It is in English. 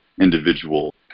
individual